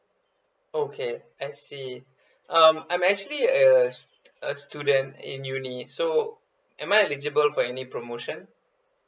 okay I see um I'm actually a a student in uni so am I eligible for any promotion